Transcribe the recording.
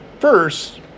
First